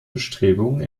bestrebungen